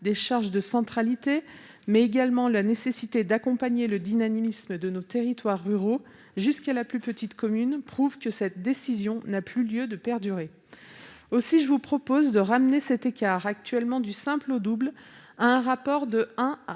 des charges de centralité et où il est nécessaire d'accompagner le dynamisme de nos territoires ruraux jusqu'à la plus petite commune, ce dispositif n'a plus lieu de perdurer. Aussi, je vous propose de ramener l'écart, qui est actuellement du simple au double, à un rapport de 1 à 1,6.